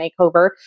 makeover